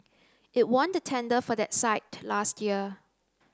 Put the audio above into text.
it won the tender for that site last year